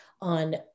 on